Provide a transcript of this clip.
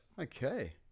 Okay